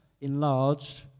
enlarged